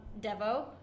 Devo